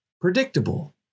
predictable